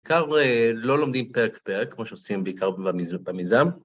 בעיקר לא לומדים פרק פרק, כמו שעושים בעיקר במיזם.